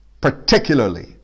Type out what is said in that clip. particularly